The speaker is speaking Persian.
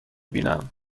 بینم